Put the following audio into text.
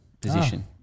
position